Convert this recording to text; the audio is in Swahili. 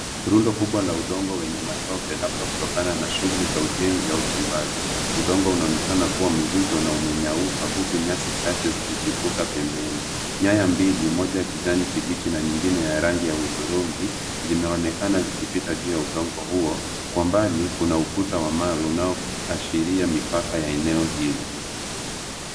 Rundo kubwa la udongo wenye matope labda kutokana na shughuli za ujenzi au uchimbaji. Udongo unaonekana kuwa mzito na umenyauka uku nyasi chache zikichipuka pembeni. Nyaya mbili, moja ya kijani kibichi na nyingine ya rangi ya hudhurugi zimeonekana zikipita juu ya udongo huo. Kwa umbali kuna ukuta wa mawe unaoashiria mipaka ya eneo hilo.